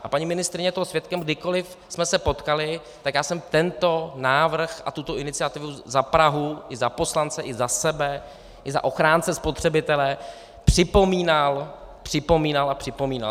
A paní ministryně je toho svědkem, kdykoli jsme se potkali, tak já jsem tento návrh a tuto iniciativu za Prahu i za poslance i za sebe i za ochránce spotřebitele připomínal, připomínal a připomínal.